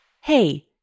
Hey